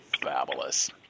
Fabulous